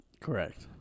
Correct